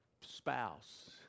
spouse